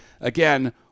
Again